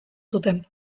zuten